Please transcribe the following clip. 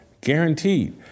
guaranteed